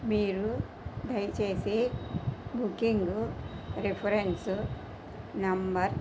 మీరు దయచేసి booking reference number